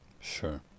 Sure